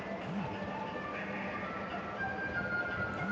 మీరు మీ యూ.పీ.ఐ పిన్ని రీసెట్ చేయడానికి మీకు డెబిట్ కార్డ్ వివరాలు అవసరమవుతాయి